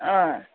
अँ